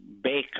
bacon